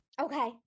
okay